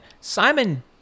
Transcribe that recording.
simon